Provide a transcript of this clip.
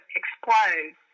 explode